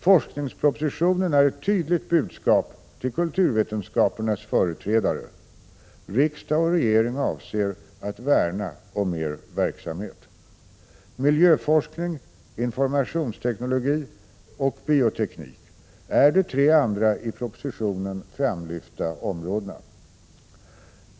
Forskningspropositionen är ett tydligt budskap till kulturvetenskapernas företrädare: Riksdag och regering avser att värna om er verksamhet. Miljöforskning, informationsteknologi och bioteknik är de tre andra i propositionen framlyfta områdena.